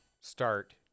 start